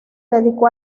dedicó